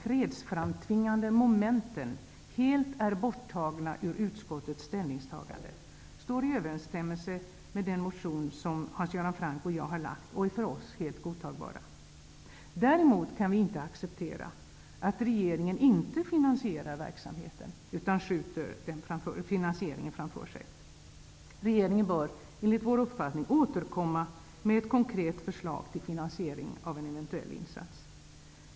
fredsframtvingande momenten helt är borttagna ur utskottets ställningstagande, står i överensstämmelse med den motion som Hans Göran Franck och jag har lagt fram och är för oss helt godtagbar. Däremot kan vi inte acceptera att regeringen inte finansierar verksamheten utan skjuter finansieringen framför sig. Regeringen bör enligt vår uppfattning återkomma med ett konkret förslag till finansiering av en eventuell insats.